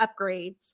upgrades